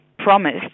promised